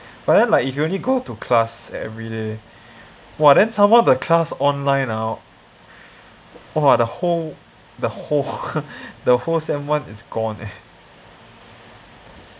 but then like if you only go to class everyday !wah! then some more the class online now !wah! the whole the whole the whole sem one is gone eh